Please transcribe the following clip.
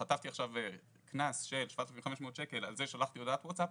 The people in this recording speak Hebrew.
חטפתי עכשיו קנס של 7,500 שקל על זה ששלחתי הודעת ווטסאפ,